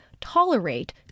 tolerate